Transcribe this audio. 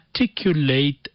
articulate